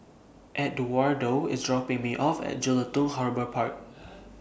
Eduardo IS dropping Me off At Jelutung Harbour Park